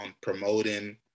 promoting